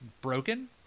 broken